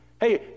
Hey